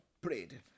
prayed